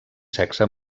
sexe